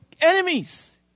enemies